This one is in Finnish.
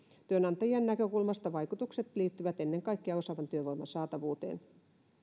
työnantajien näkökulmasta vaikutukset liittyvät ennen kaikkea osaavan työvoiman saatavuuteen